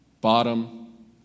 bottom